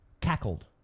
cackled